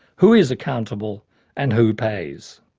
who is accountable and who pays?